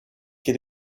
get